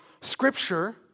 scripture